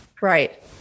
right